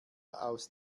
aus